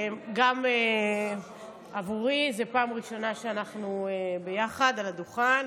גם עבורי זאת פעם ראשונה שאנחנו יחד על הדוכן,